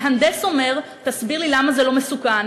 מהנדס אומר: תסביר לי למה זה לא מסוכן,